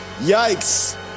yikes